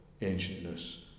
ancientness